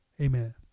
Amen